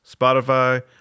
Spotify